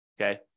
Okay